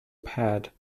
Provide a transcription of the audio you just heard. pad